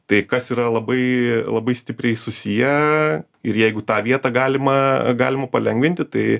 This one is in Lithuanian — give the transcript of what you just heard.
tai kas yra labai labai stipriai susiję ir jeigu tą vietą galima galima palengvinti tai